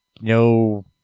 no